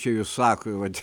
čia jų sako vat